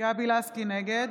נגד